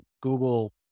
Google